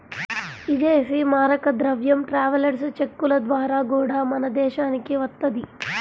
ఇదేశీ మారక ద్రవ్యం ట్రావెలర్స్ చెక్కుల ద్వారా గూడా మన దేశానికి వత్తది